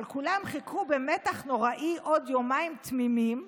כולם חיכו במתח נוראי עוד יומיים תמימים.